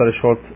short